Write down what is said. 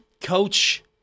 Coach